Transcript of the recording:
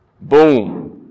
Boom